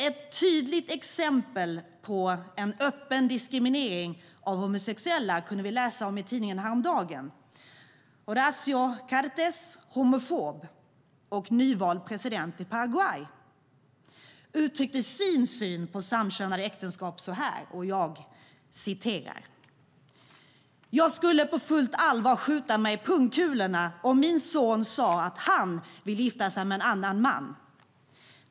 Ett tydligt exempel på en öppen diskriminering av homosexuella kunde vi läsa om i tidningen häromdagen. Horacio Cartes, homofob och nyvald president i Paraguay, uttryckte sin syn på samkönade äktenskap så här: "Jag skulle på fullt allvar skjuta mig i pungkulorna om min son sade att han ville gifta sig med en annan man.